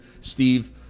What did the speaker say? Steve